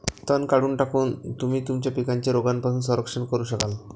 तण काढून टाकून, तुम्ही तुमच्या पिकांचे रोगांपासून संरक्षण करू शकाल